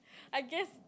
I guess